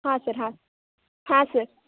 ಹಾಂ ಸರ್ ಹಾಂ ಹಾಂ ಸರ್